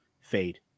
Fade